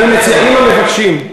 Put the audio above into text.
אני מציע שאם המבקשים,